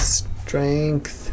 strength